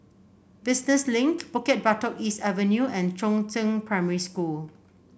Business Link Bukit Batok East Avenue and Chongzheng Primary School